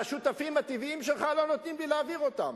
והשותפים הטבעיים שלך לא נותנים לי להעביר אותה.